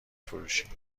فروشی